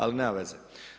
Ali nema veze.